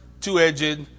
two-edged